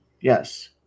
yes